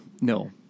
no